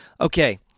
Okay